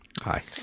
Hi